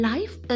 Life